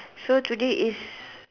so today is